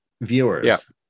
viewers